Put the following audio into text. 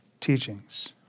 teachings